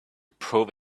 prove